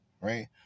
Right